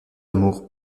lamour